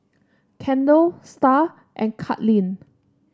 Kendal Star and Katlynn